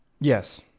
Yes